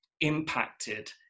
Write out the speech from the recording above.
impacted